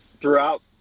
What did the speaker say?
Throughout